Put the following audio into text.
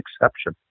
exception